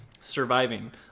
Surviving